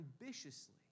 ambitiously